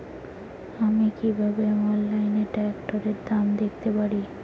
আমি কিভাবে অনলাইনে ট্রাক্টরের দাম দেখতে পারি?